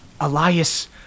Elias